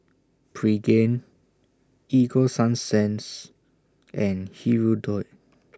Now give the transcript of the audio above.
Pregain Ego Sunsense and Hirudoid